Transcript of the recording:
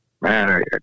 man